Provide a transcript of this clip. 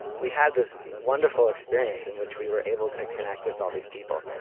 we had this wonderful experience in which we were able to connect with all these people.